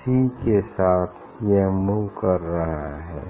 सी के साथ यह मूव कर रहा है